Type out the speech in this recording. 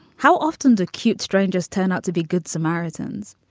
how often do cute strangers turn out to be good samaritans?